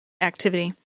activity